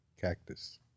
cactus